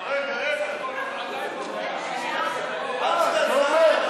(תיקון מס' 184) (זכאות למענק לידה עבור לידה בבית),